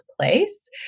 place